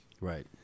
Right